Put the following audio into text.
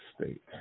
state